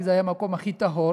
כי זה היה המקום הכי טהור,